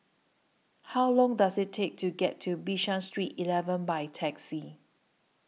How Long Does IT Take to get to Bishan Street eleven By Taxi